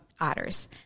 otters